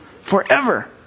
forever